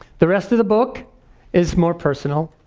the rest of the book is more personal.